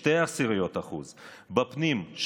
0.2%; בפנים,